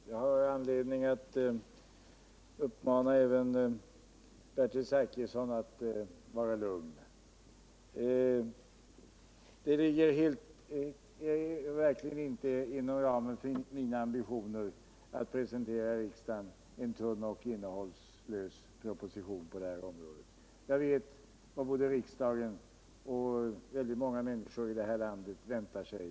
Herr talman! Jag har anledning att uppmana även Bertil Zachrisson att vara lugn. Det ligger verkligen inte inom ramen för mina ambitioner att presentera riksdagen en tunn och innehållslös proposition på detta område. Jag vet vad både riksdagen och väldigt många människor i detta land väntar sig.